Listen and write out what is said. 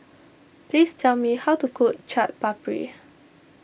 please tell me how to cook Chaat Papri